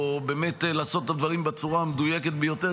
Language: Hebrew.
או באמת לעשות את הדברים בצורה המדויקת ביותר,